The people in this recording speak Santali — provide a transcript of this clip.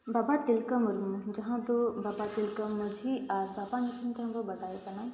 ᱵᱟᱵᱟ ᱛᱤᱞᱠᱟᱹ ᱢᱩᱨᱢᱩ ᱡᱟᱦᱟᱸ ᱫᱚ ᱵᱟᱵᱟ ᱛᱤᱞᱠᱟᱹ ᱢᱟᱹᱡᱷᱤ ᱟᱨ ᱵᱟᱵᱟ ᱧᱩᱛᱩᱢ ᱛᱮᱦᱚᱸ ᱵᱚ ᱵᱟᱰᱟᱭᱮ ᱠᱟᱱᱟ